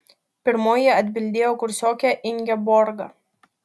pirmoji atbildėjo kursiokė ingeborga